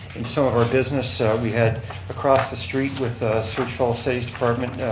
in some of our business we had across the street with search falls city's department,